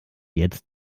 jetzt